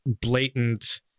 blatant